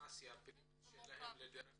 מרכז